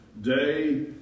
day